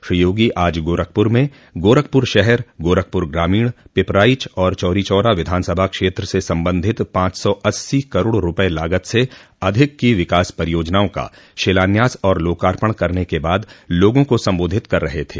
श्री योगी आज गोरखपुर में गोरखपुर शहर गोरखपुर ग्रामीण पिपराइच और चौरी चौरा विधानसभा क्षेत्र से संबंधित पांच सौ अस्सी करोड़ रूपये लागत से अधिक की विकास परियोजनाओं का शिलान्यास और लाकार्पण करने के बाद लोगों को सम्बोधित कर रहे थे